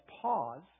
pause